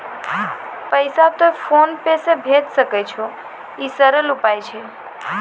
पैसा तोय PhonePe से भैजै सकै छौ? ई सरल उपाय छै?